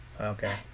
Okay